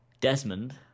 Desmond